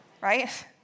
Right